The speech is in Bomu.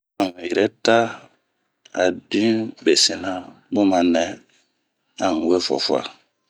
A un tirɛ ta be sina ,a bn ma nɛ a un we fua fua.